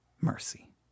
mercy